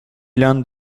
l’un